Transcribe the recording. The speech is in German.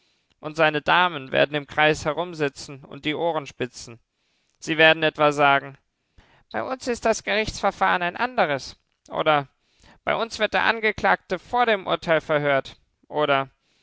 und seine damen werden im kreis herumsitzen und die ohren spitzen sie werden etwa sagen bei uns ist das gerichtsverfahren ein anderes oder bei uns wird der angeklagte vor dem urteil verhört oder